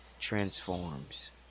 transforms